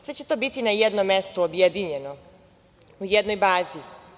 Sve će to biti na jednom mestu, objedinjeno u jednoj bazi.